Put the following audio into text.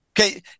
Okay